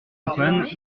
antoine